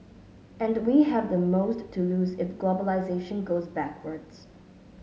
and we have the most to lose if globalisation goes backwards